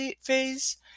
phase